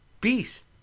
Beast